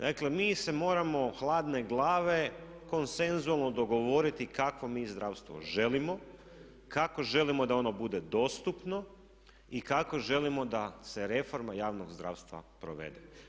Dakle mi se moramo hladne glave konsensualno dogovoriti kakvo mi zdravstvo želimo, kako želimo da ono bude dostupno i kako želimo da se reforma javnog zdravstva provede.